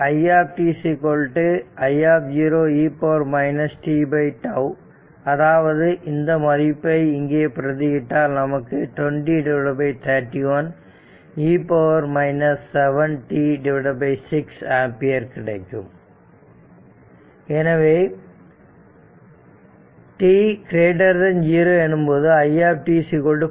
i t i e t τ அதாவது இந்த மதிப்பை இங்கே பிரதி இட்டால் நமக்கு 2031 e 7 t6 ஆம்பியர் கிடைக்கும் எனவே t0 எனும்போது i t 0